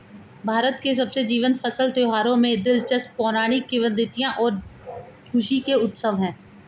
भारत के सबसे जीवंत फसल त्योहारों में दिलचस्प पौराणिक किंवदंतियां और खुशी के उत्सव है